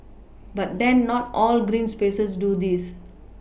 but then not all green spaces do this